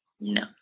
No